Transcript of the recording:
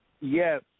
Yes